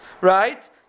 Right